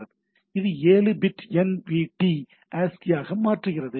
இது 7 bit NVT ஆஸ்கிஐயாக மாற்றுகிறது